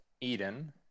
Eden